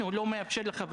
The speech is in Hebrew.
לא ישראל לפני